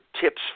tips